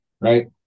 right